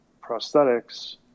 prosthetics